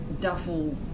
duffel